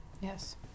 Yes